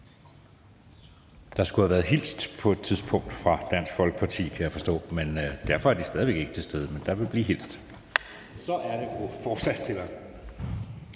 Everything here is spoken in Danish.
tidspunkt have været hilst fra Dansk Folkeparti, kan jeg forstå. Derfor er de stadig væk ikke til stede, men der vil blive hilst. Så er det ordføreren for